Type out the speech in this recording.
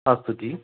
अस्तु जि